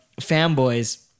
fanboys